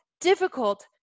difficult